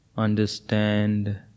Understand